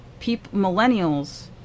millennials